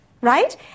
right